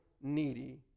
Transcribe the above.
needy